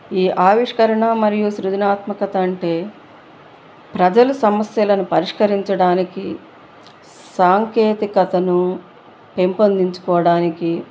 ఈ ఆవిష్కరణ మరియు సృజనాత్మకత అంటే ప్రజలు సమస్యలను పరిష్కరించడానికి సాంకేతికతను పెంపొందించుకోవడానికి